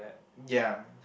ya